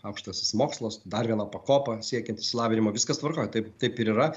aukštasis mokslas dar viena pakopa siekiant išsilavinimo viskas tvarkoj taip taip ir yra